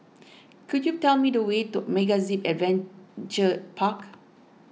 could you tell me the way to MegaZip Adventure Park